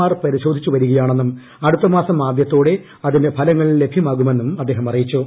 R പരിശോധിച്ചു വരികയാണെന്നും അടുത്ത മാസം ആദ്യത്തോടെ അതിന്റെ ഫലങ്ങൾ ലഭ്യമാകുമെന്നും അദ്ദേഹം അറിയിച്ചു